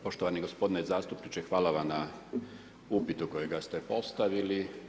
Poštovani gospodine zastupniče hvala vam na upitu kojega ste postavili.